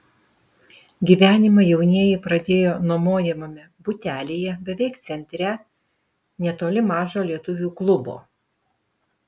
gyvenimą jaunieji pradėjo nuomojamame butelyje beveik centre netoli mažo lietuvių klubo